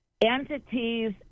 entities